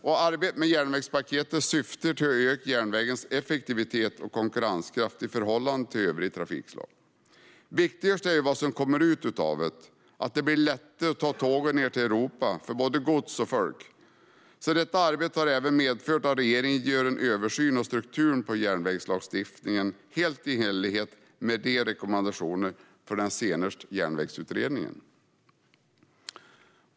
Arbetet med järnvägspaketet syftar till att öka järnvägens effektivitet och konkurrenskraft i förhållande till övriga trafikslag. Viktigast är vad som kommer ut av det: att det blir lättare att ta tåget ned till övriga Europa för både gods och folk. Detta arbete har även medfört att regeringen gör en översyn av strukturen i järnvägslagstiftningen, helt i enlighet med rekommendationer från den senaste järnvägsutredningen.